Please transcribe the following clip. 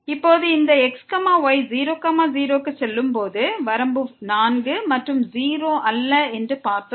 இப்போது இந்த x y 00 க்கு செல்லும்போது வரம்பு 4 மற்றும் 0 அல்ல என்று பார்த்தோம்